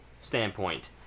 standpoint